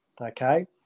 Okay